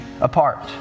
apart